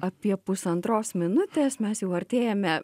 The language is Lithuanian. apie pusantros minutės mes jau artėjame